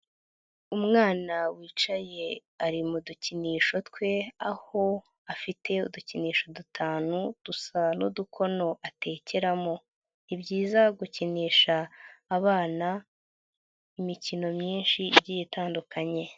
Umwana wicaye ari mudukinisho twe aho afite udukinisho dutanu dusa n'udukono atekeramo, ni byiza gukinisha abana imikino myinshi igiye itandukanye.